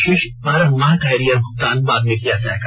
शेष बारह माह का एरियर भूगतान बाद में किया जायेगा